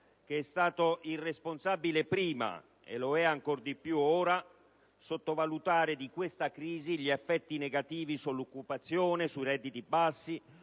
che è stato irresponsabile prima e lo è ancor di più ora sottovalutare di questa crisi gli effetti negativi sull'occupazione, sui redditi bassi,